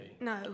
No